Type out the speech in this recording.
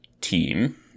team